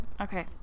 Okay